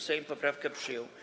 Sejm poprawkę przyjął.